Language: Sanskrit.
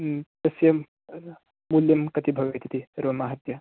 तस्य मूल्यं कति भवेत् इति सर्वम् आहत्य